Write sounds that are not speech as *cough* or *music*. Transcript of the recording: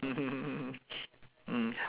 *laughs* mm